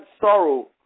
sorrow